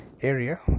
area